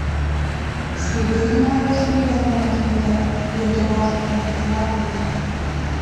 skaitei nojaus feigelmano knygą lietuvos inkunabulai